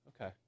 Okay